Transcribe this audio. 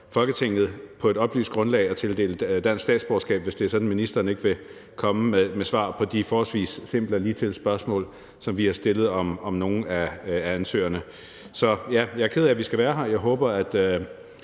Folketinget at tildele dansk statsborgerskab på et oplyst grundlag, hvis det er sådan, at ministeren ikke vil komme med svar på de forholdsvis simple og ligetil spørgsmål, som vi har stillet, om nogle af ansøgerne. Så jeg er ked af, at vi skal være her, og jeg håber, at